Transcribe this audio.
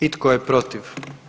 I tko je protiv?